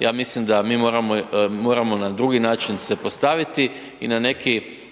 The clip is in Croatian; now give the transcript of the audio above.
Ja mislim da mi moramo na drugi način se postaviti i